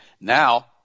Now